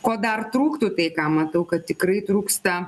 ko dar trūktų tai ką matau kad tikrai trūksta